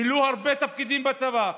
מילאו הרבה תפקידים בצבא,